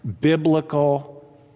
biblical